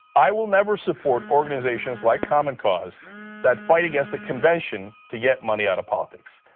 i will never support organizations like common cause that fight against a convention to get money out of politics.